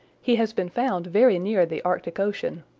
he has been found very near the arctic ocean,